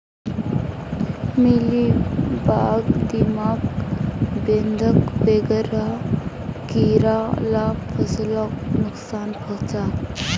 mealybug, दीमक, बेधक वगैरह कीड़ा ला फस्लोक नुक्सान पहुंचाः